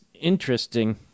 interesting